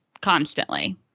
constantly